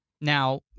Now